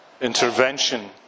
intervention